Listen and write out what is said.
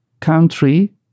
country